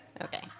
Okay